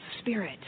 spirit